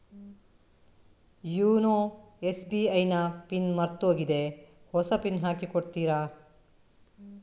YONO SBI ನ pin ಮರ್ತೋಗಿದೆ ಹೊಸ ಪಿನ್ ಹಾಕಿ ಕೊಡ್ತೀರಾ?